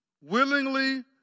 willingly